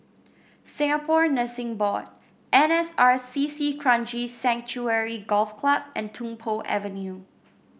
Singapore Nursing Board N S R C C Kranji Sanctuary Golf Club and Tung Po Avenue